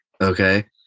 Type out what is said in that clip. okay